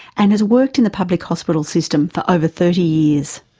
and has worked in the public hospital system for over thirty years.